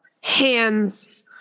hands